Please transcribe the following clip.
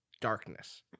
darkness